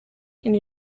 and